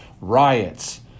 Riots